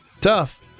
tough